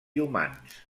humans